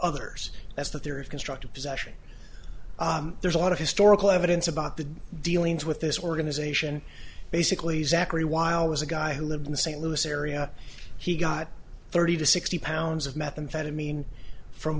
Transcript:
others that's that there is constructive possession there's a lot of historical evidence about the dealings with this organization basically zachary while was a guy who lived in the st louis area he got thirty to sixty pounds of methamphetamine from